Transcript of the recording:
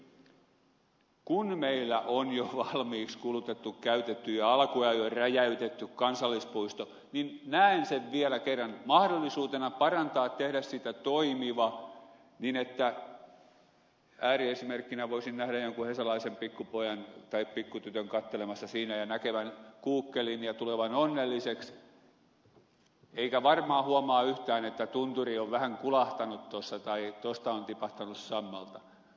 eli kun meillä on jo valmiiksi kulutettu käytetty ja alkujaan jo räjäytetty kansallispuisto niin näen sen vielä kerran mahdollisuutena parantaa tehdä siitä toimiva niin että ääriesimerkkinä voisin nähdä jonkun hesalaisen pikkupojan tai pikkutytön katselemassa siinä ja näkevän kuukkelin ja tulevan onnelliseksi eikä hän varmaan huomaa yhtään että tunturi on vähän kulahtanut tuossa tai tuosta on tipahtanut sammalta